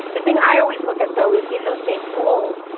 the thing i always look at, though, is in those same polls,